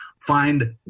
find